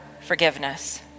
forgiveness